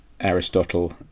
Aristotle